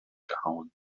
gehauen